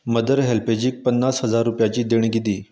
mother हेल्पेजीक पन्नास हजार रुपयांची देणगी दी